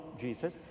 Jesus